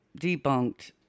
debunked